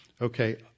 okay